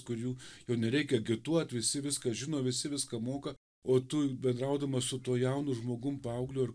kurių jau nereikia agituot visi viską žino visi viską moka o tu bendraudamas su tuo jaunu žmogum paaugliu ar